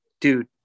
dude